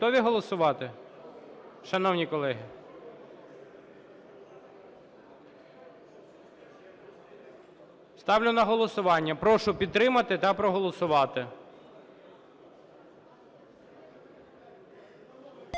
Готові голосувати, шановні колеги? Ставлю на голосування, прошу підтримати та проголосувати.